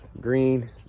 green